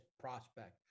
prospect